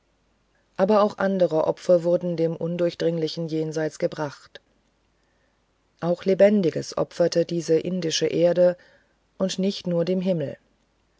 aber auch andere opfer wurden dem undurchdringlichen jenseits gebracht auch lebendiges opferte diese indische erde und nicht nur dem himmel